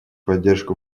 поддержку